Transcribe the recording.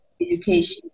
education